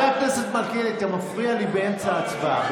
חבר הכנסת מלכיאלי, אתה מפריע לי באמצע הצבעה.